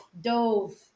dove